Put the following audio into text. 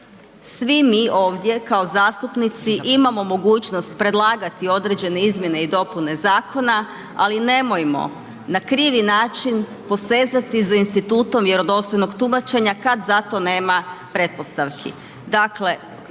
Svi mi ovdje kao zastupnici imamo mogućnost predlagati određene izmjene i dopune zakona, ali nemojmo na krivi način posezati za institutom vjerodostojnog tumačenja kad za to nema pretpostavki.